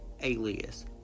alias